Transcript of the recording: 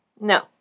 No